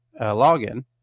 login